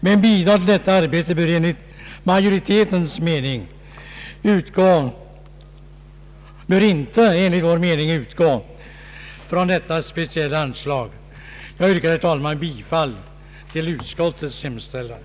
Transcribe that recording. Men bidrag till denna verksamhet bör enligt majoritetens mening inte utgå från detta speciella anslag. Herr talman! Jag yrkar bifall till utskottets hemställan.